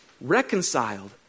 reconciled